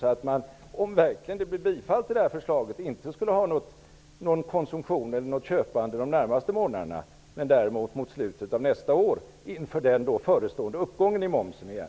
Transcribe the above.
Om det verkligen skulle bli bifall till det förslaget, så blir det inte någon konsumtionsökning under de närmaste månaderna. Det blir i så fall aktuellt först mot slutet av nästa år, inför den förestående höjningen av momsen.